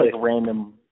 random